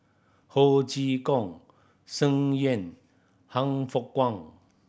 Ho Chee Kong Tsung Yeh Han Fook Kwang